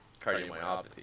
cardiomyopathy